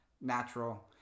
natural